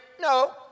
No